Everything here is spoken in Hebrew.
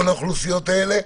כל האוכלוסיות האלה.